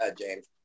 James